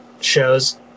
shows